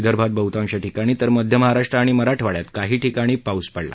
विदर्भात बहृतांश ठिकाणी तर मध्य महाराष्ट्र आणि मराठवाड़यात काही ठिकाणी आज पाऊस पडला